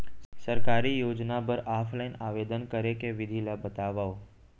सरकारी योजना बर ऑफलाइन आवेदन करे के विधि ला बतावव